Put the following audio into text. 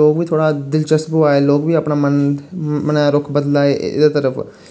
लोक बी थोह्ड़ा दिलचस्प होआ दे लोक बी अपना मन मने रुक्ख बदला दे एह्दी तरफ